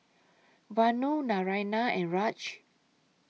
Vanu Naraina and Raj